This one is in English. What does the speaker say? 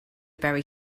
bury